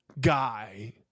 Guy